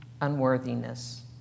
unworthiness